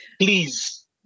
Please